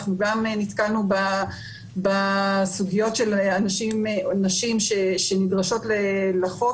אנחנו גם נתקלנו בסוגיות של נשים שנדרשות לחוק